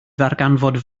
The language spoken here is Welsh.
ddarganfod